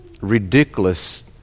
ridiculous